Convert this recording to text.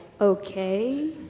Okay